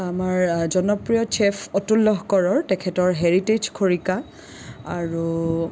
আমাৰ জনপ্ৰিয় চেফ্ অতুল লহকৰৰ তেখেতৰ হেৰিটেজ খৰিকা আৰু